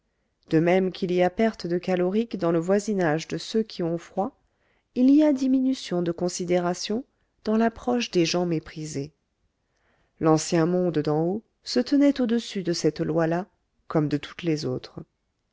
de même qu'il y a perte de calorique dans le voisinage de ceux qui ont froid il y a diminution de considération dans l'approche des gens méprisés l'ancien monde d'en haut se tenait au-dessus de cette loi là comme de toutes les autres